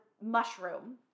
mushroom